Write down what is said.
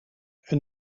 een